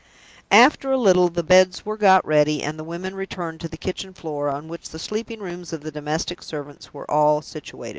after a little, the beds were got ready and the women returned to the kitchen floor, on which the sleeping-rooms of the domestic servants were all situated.